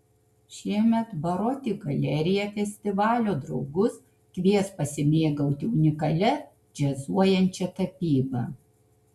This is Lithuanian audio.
šiemet baroti galerija festivalio draugus kvies pasimėgauti unikalia džiazuojančia tapyba